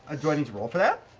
and do i need to roll for that?